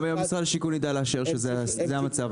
משרד השיכון יידע לאשר שזה המצב.